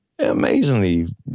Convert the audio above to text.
amazingly